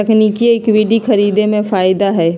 तकनिकिये इक्विटी खरीदे में फायदा हए